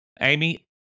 Amy